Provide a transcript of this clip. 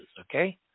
okay